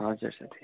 हजुर साथी